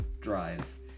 drives